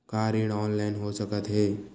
का ऋण ऑनलाइन हो सकत हे?